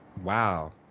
Wow